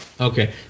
Okay